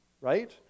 right